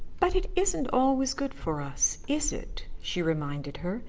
but it isn't always good for us, is it, she reminded her,